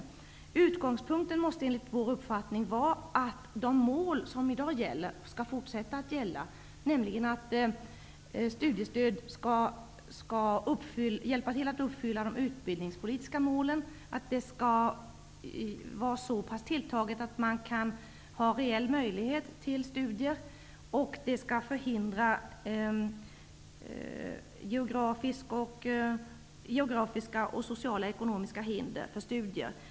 Enligt vår uppfattning måste utgångspunkten vara att de mål som i dag gäller skall fortsätta att gälla, nämligen att studiestödet skall hjälpa till att uppfylla de utbildningspolitiska målen, att det skall vara så väl tilltaget att man har reell möjlighet till studier och att det skall motverka geografiska och sociala ekonomiska hinder för studier.